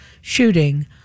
shooting